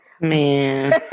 Man